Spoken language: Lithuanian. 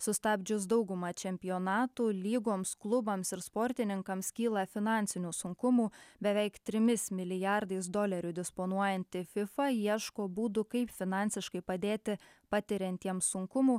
sustabdžius dauguma čempionatų lygoms klubams ir sportininkams kyla finansinių sunkumų beveik trimis milijardais dolerių disponuojanti fifa ieško būdų kaip finansiškai padėti patiriantiems sunkumų